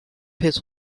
his